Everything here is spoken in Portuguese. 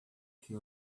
que